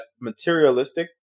materialistic